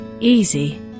easy